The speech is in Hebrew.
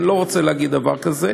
אני לא רוצה להגיד דבר כזה.